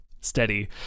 steady